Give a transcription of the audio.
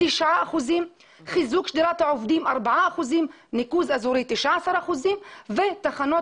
9%; חיזוק שדרת העובדים 4%; ניקוז אזורי 19%; ותחנות